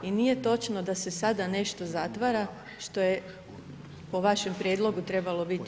I nije točno da se sada nešto zatvara što je po vašem prijedlogu trebalo biti